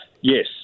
yes